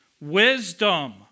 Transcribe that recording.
wisdom